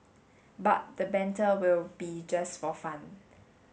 but the banter will be just for fun